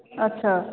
अच्छा